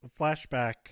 flashback